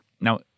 Now